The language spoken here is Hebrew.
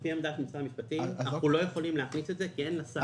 לפי עמדת משרד המשפטים אנחנו לא יכולים להכניס את זה כי אין לשר סמכות.